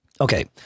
Okay